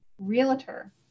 realtor